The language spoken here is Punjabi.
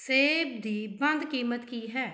ਸੇਬ ਦੀ ਬੰਦ ਕੀਮਤ ਕੀ ਹੈ